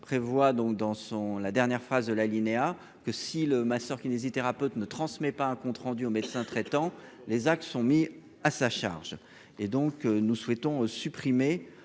prévoit donc dans son la dernière phrase de l'alinéa que si le masseur kinésithérapeute ne transmet pas un compte-rendu au médecin traitant les axes sont mis à sa charge et donc nous souhaitons supprimer